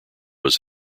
was